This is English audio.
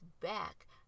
back